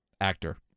Actor